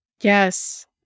Yes